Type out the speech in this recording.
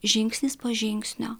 žingsnis po žingsnio